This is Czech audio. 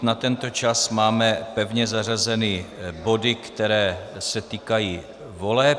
Je 12.30, na tento čas máme pevně zařazeny body, které se týkají voleb.